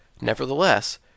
Nevertheless